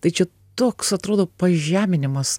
tai čia toks atrodo pažeminimas